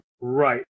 Right